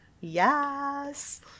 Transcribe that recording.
Yes